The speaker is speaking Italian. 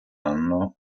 anno